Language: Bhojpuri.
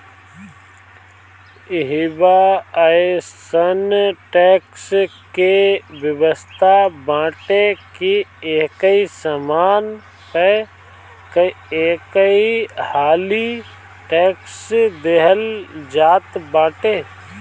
इहवा अइसन टेक्स के व्यवस्था बाटे की एकही सामान पअ कईहाली टेक्स देहल जात बाटे